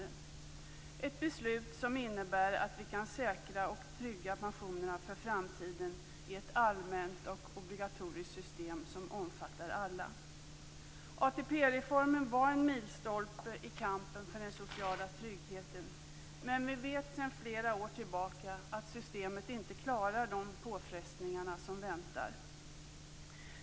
Det är ett beslut som innebär att vi kan säkra och trygga pensionerna för framtiden i ett allmänt och obligatoriskt system som omfattar alla. ATP-reformen var en milstolpe i kampen för den sociala tryggheten, men vi vet sedan flera år tillbaka att systemet inte klarar de påfrestningar som väntar.